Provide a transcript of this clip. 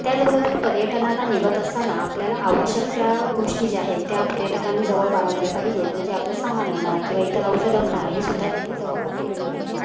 त्याचबरोबर पर्यटनाला निघत असताना आपल्याला आवश्यक त्या गोष्टी ज्या आहेत त्या पर्यटकांनी जवळ बाळगल्या पाहिजेत म्हणजे आपलं सामान म्हणा किंवा इतर औषधं म्हणा ही सुद्धा त्यांनी जवळ ठेवली पाहिजेत